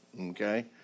okay